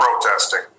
protesting